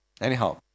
Anyhow